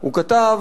הוא כתב: